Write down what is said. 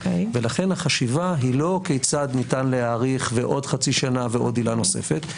לכן החשיבה היא לא כיצד ניתן להאריך ועוד חצי שנה ועוד עילה נוספת,